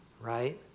right